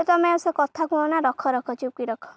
ତମେ ସେ କଥା କୁହନା ରଖ ରଖ ଚୁପ୍କି ରଖ